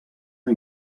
una